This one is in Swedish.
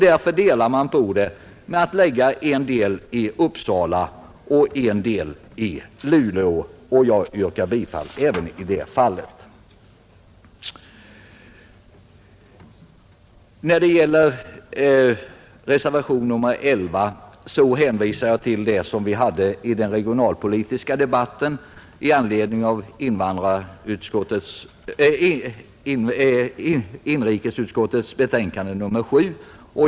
Därför delar man upp verksamheten genom att lägga en del i Uppsala och en del i Luleå, och jag yrkar bifall till utskottets förslag även i det fallet. När det gäller reservationen 11 hänvisar jag till det som sades i den regionalpolitiska debatten i anledning av inrikesutskottets betänkande nr 7.